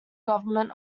government